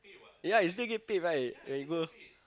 ya you still get paid right ya you go